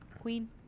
Queen